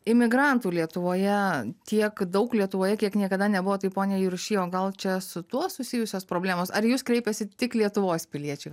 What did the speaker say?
imigrantų lietuvoje tiek daug lietuvoje kiek niekada nebuvo taip pone juršy o gal čia su tuo susijusios problemos ar į jus kreipiasi tik lietuvos piliečiai